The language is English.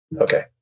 Okay